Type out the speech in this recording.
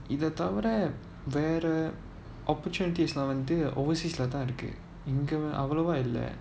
either இத தவிர வேற:itha thavira vera opportunities ல வந்து:la vanthu overseas ல தான் இருக்கு:la thaan iruku